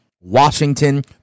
Washington